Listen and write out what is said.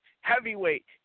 Heavyweight